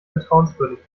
vertrauenswürdig